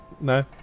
no